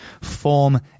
form